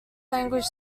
language